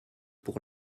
pour